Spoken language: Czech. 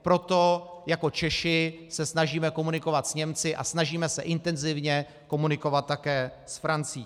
Proto jako Češi se snažíme komunikovat s Němci a snažíme se intenzivně komunikovat také s Francií.